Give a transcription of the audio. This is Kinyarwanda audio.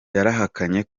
yarahakanye